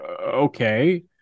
okay